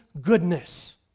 goodness